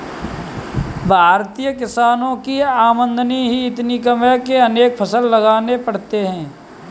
भारतीय किसानों की आमदनी ही इतनी कम है कि अनेक फसल लगाने पड़ते हैं